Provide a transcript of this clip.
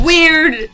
Weird